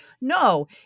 no